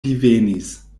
divenis